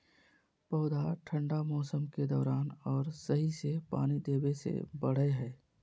पौधा ठंढा मौसम के दौरान और सही से पानी देबे से बढ़य हइ